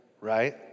right